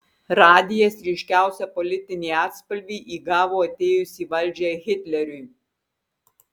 radijas ryškiausią politinį atspalvį įgavo atėjus į valdžią hitleriui